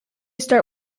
start